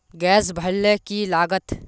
Gas भरले की लागत?